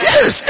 Yes